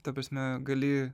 ta prasme gali